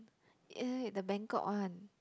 eh wait the Bangkok one